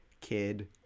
kid